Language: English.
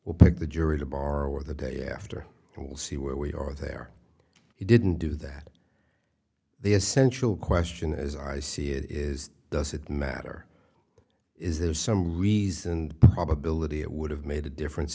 we'll pick the jury the bar with the day after and we'll see where we are there he didn't do that the essential question as i see it is does it matter is there some reason probability it would have made a difference